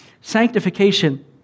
Sanctification